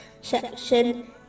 section